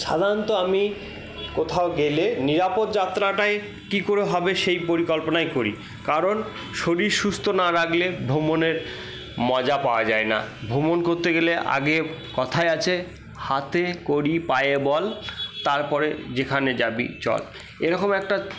সাধারণত আমি কোথাও গেলে নিরাপদ যাত্রাটাই কি করে হবে সেই পরিকল্পনাই করি কারণ শরীর সুস্থ না রাখলে ভ্রমনের মজা পাওয়া যায় না ভ্রমণ করতে গেলে আগে কথায় আছে হাতে কড়ি পায়ে বল তারপরে যেখানে যাবি চল এরকম একটা